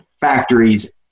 factories